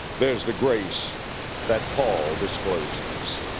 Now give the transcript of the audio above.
there's the grace that paul discloses.